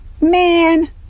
man